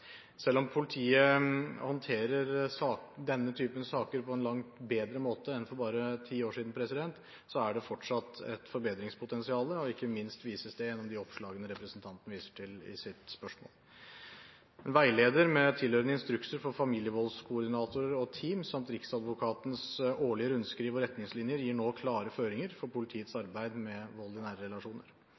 Selv om politiet håndterer denne typen saker på en langt bedre måte enn for bare ti år siden, er det fortsatt et forbedringspotensial, og ikke minst vises det gjennom de oppslagene representanten viser til i sitt spørsmål. Veileder med tilhørende instrukser for familievoldskoordinatorer og team samt Riksadvokatens årlige rundskriv og retningslinjer gir nå klare føringer for politiets arbeid med vold i nære relasjoner.